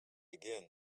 again